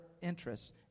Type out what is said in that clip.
interests